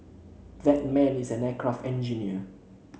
that man is an aircraft engineer